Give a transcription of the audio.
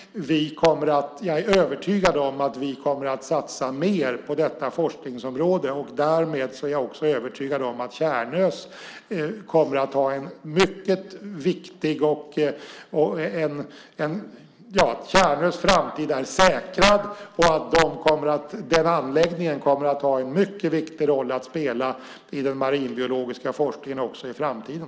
Jag är övertygad om att vi kommer att satsa mer på detta forskningsområde, och därmed är jag också övertygad om att Tjärnös framtid är säkrad. Denna anläggning kommer att ha en mycket viktig roll att spela i den marinbiologiska forskningen också i framtiden.